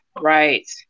right